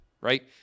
Right